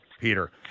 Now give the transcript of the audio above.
Peter